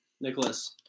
Nicholas